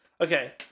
Okay